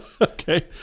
Okay